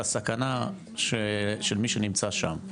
על הסכנה של מי שנמצא שם,